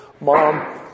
mom